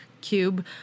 cube